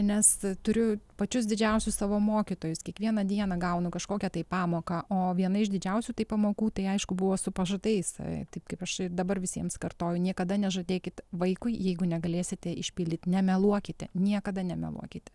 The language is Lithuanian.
nes turiu pačius didžiausius savo mokytojus kiekvieną dieną gaunu kažkokią tai pamoką o viena iš didžiausių tai pamokų tai aišku buvo su pažadais taip kaip aš ir dabar visiems kartoju niekada nežadėkit vaikui jeigu negalėsite išpildyti nemeluokite niekada nemeluokite